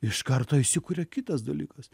iš karto įsikuria kitas dalykas